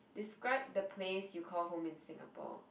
describe the place you call home in Singapore